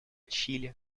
чили